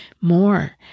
more